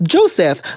Joseph